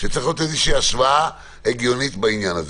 שצריכה להיות איזושהי השוואה הגיונית בעניין הזה.